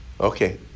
Okay